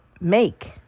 make